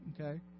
okay